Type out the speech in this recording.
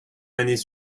années